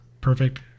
perfect